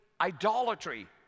idolatry